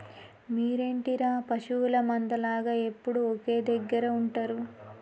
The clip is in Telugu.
మీరేంటిర పశువుల మంద లాగ ఎప్పుడు ఒకే దెగ్గర ఉంటరు